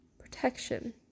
Protection